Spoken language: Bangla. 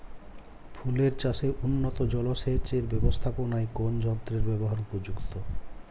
ফুলের চাষে উন্নত জলসেচ এর ব্যাবস্থাপনায় কোন যন্ত্রের ব্যবহার উপযুক্ত?